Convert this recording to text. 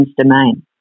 domain